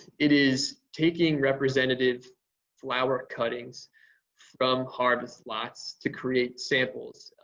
it is taking representative flower cuttings from harvest lots to create samples